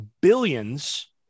billions